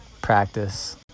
practice